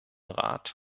rat